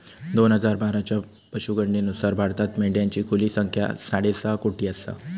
दोन हजार बाराच्या पशुगणनेनुसार भारतात मेंढ्यांची खुली संख्या साडेसहा कोटी आसा